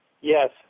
Yes